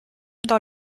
dans